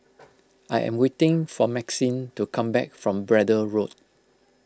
I am waiting for Maxine to come back from Braddell Road